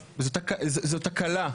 זו תקלה,